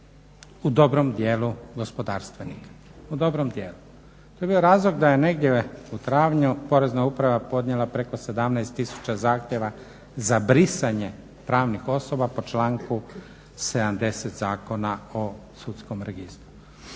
u dobrom dijelu gospodarstvenika, u dobrom dijelu. To je bio razlog da je negdje u travnju Porezna uprava podnijela preko 17 tisuća zahtjeva za brisanje pravnih osoba po članku 70. Zakona o sudskom registru,